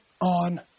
on